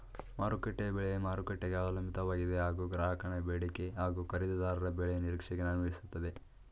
ಮಾರುಕಟ್ಟೆ ಬೆಲೆ ಮಾರುಕಟ್ಟೆಗೆ ಅವಲಂಬಿತವಾಗಿದೆ ಹಾಗೂ ಗ್ರಾಹಕನ ಬೇಡಿಕೆ ಹಾಗೂ ಖರೀದಿದಾರರ ಬೆಲೆ ನಿರೀಕ್ಷೆಗೆ ಅನ್ವಯಿಸ್ತದೆ